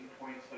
points